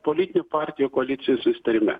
politinių partijų koalicijų susitarime